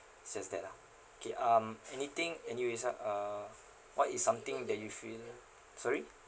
just that lah okay um anything anyways ah uh what is something that you feel sorry